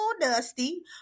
dusty